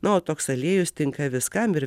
na o toks aliejus tinka viskam ir